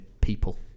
people